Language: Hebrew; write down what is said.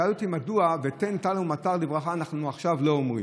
שאל אותי: מדוע "תן טל ומטר לברכה" אנחנו עכשיו לא אומרים,